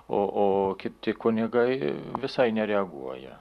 o o kiti kunigai visai nereaguoja